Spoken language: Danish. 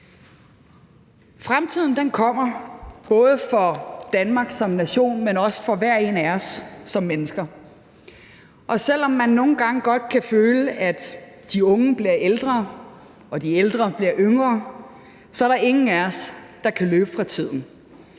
Fremtiden kommer, både for Danmark som nation, men også for hver og en af os som mennesker, og selv om man nogle gange godt kan føle, at de unge bliver ældre og de ældre bliver yngre, så er der ingen af os, der kan løbe fra tiden.